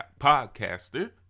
podcaster